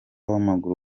w’amaguru